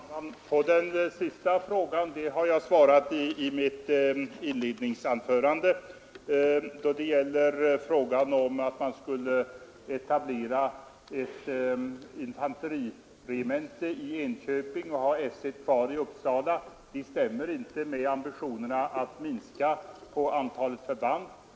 Herr talman! På den sista frågan har jag svarat i mitt inledningsanförande. Att etablera ett infanteriregemente i Enköping och ha S 1 kvar i Uppsala stämmer inte med ambitionerna att minska antalet förband.